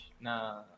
na